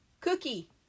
cookie